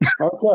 Okay